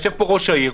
יושב פה ראש העיר,